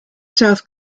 south